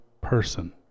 person